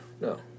No